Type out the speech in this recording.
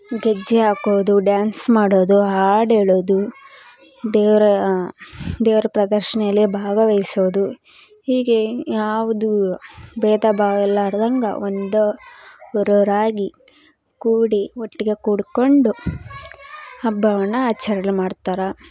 ಗೆಜ್ಜೆ ಹಾಕೋದು ಡ್ಯಾನ್ಸ್ ಮಾಡೋದು ಹಾಡು ಹೇಳೋದು ದೇವ್ರ ದೇವ್ರ ಪ್ರದರ್ಶನೆಲಿ ಭಾಗವಹಿಸೋದು ಹೀಗೇ ಯಾವುದೂ ಭೇದ ಭಾವ ಇಲ್ಲಾರ್ದಂಗೆ ಒಂದೇ ಊರೋರಾಗಿ ಕೂಡಿ ಒಟ್ಟಿಗೆ ಕೂಡಿಕೊಂಡು ಹಬ್ಬವನ್ನ ಆಚರಣೆ ಮಾಡ್ತಾರೆ